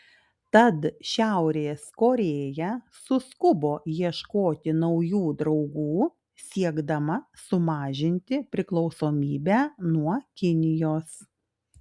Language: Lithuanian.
tad šiaurės korėja suskubo ieškoti naujų draugų siekdama sumažinti priklausomybę nuo kinijos